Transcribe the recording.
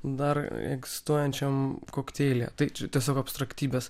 dar egzistuojančiam kokteilyje tai tiesiog abstraktybės